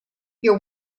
your